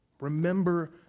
Remember